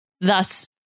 thus